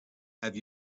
have